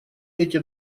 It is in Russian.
эти